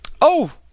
Oh